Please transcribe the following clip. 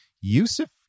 Yusuf